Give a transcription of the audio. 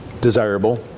desirable